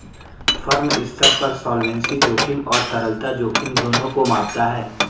firm स्तर पर solvency जोखिम और तरलता जोखिम दोनों को मापता है